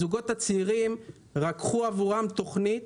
רקחו תוכנית